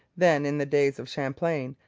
then, in the days of champlain,